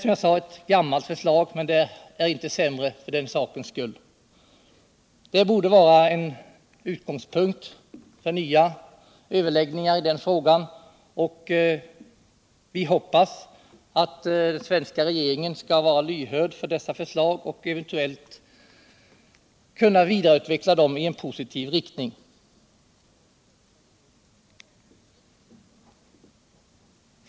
som jag sade, ett gammalt förslag. men det är inte sämre för den sakens skull. Det borde vara en utgångspunkt för nya överläggningar i frågan. och vi hoppas att den svenska regeringen skall vara lyhörd för dessa förslag och cventuellt kunna vidareutveckla dem i en positiv riktning.